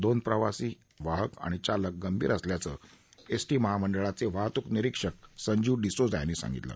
दोन प्रवासी वाहक आणि चालक गंभीर असल्याचं एसटी महामंडळाचे वाहतूक निरीक्षक संजीव डिसोजा यांनी सांगितलं